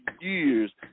years